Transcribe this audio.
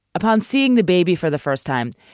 upon seeing the baby for the first time,